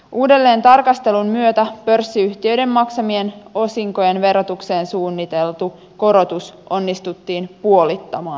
uudelleentarkastelun myötä pörssiyhtiöiden maksamien osinkojen verotukseen suunniteltu korotus onnistuttiin puolittamaan